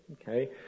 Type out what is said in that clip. Okay